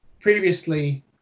previously